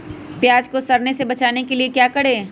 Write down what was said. प्याज को सड़ने से बचाने के लिए क्या करें?